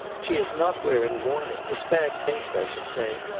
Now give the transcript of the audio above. she is not wearing mourning. it's bad taste, i should say.